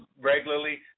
regularly